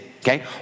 Okay